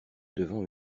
devant